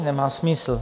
Nemá smysl.